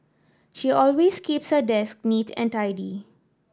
she always keeps her desk neat and tidy